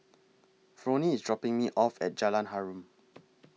Fronnie IS dropping Me off At Jalan Harum